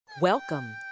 Welcome